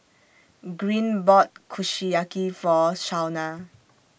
Green bought Kushiyaki For Shauna